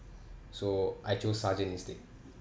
so I choose sergeant instead